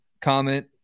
Comment